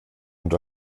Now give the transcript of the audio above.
und